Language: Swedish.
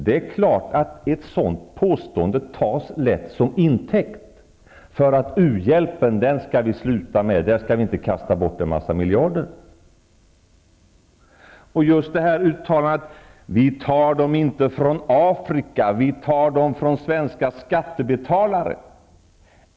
Det är klart att ett sådant påstående lätt tas till intäkt för att vi skall sluta med u-hjälpen, för att vi inte skall kasta bort en massa miljarder där. Ian Wachtmeister sade också: ''Vi tar inte pengarna från Afrika, vi tar dem från svenska skattebetalare.''